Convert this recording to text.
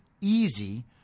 easy